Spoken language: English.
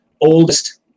oldest